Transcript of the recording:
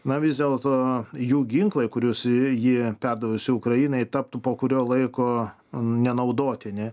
na vis dėlto jų ginklai kuriuos ji perdavusi ukrainai taptų po kurio laiko nenaudotini